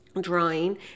drawing